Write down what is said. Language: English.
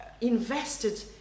invested